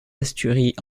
asturies